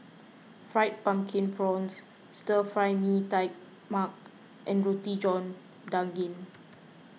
Fried Pumpkin Prawns Stir Fry Mee Tai Mak and Roti John Daging